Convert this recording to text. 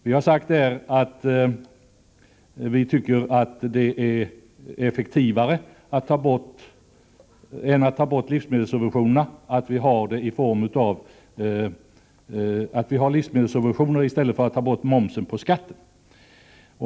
Vi har sagt att livsmedelssubventioner är effektivare än sänkt mervärdeskatt.